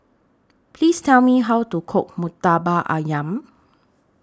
Please Tell Me How to Cook Murtabak Ayam